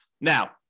Now